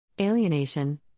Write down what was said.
Alienation